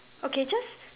okay just